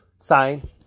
Sign